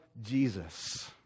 Jesus